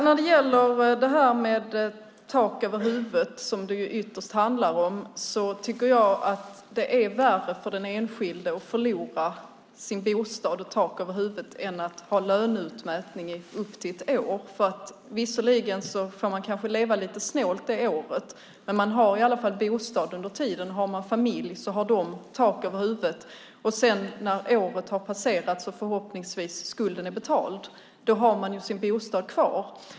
När det gäller detta med tak över huvudet som det ytterst handlar om tycker jag att det är värre för den enskilde att förlora sin bostad och tak över huvudet än att ha löneutmätning i upp till ett år. Visserligen får man kanske leva lite snålt under detta år, men man har i alla fall bostad under tiden. Har man familj har den tak över huvudet. När året sedan har gått och skulden förhoppningsvis är betald har man sin bostad kvar.